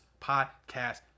podcast